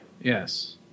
Yes